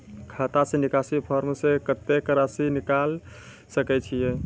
खाता से निकासी फॉर्म से कत्तेक रासि निकाल सकै छिये?